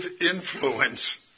influence